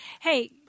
Hey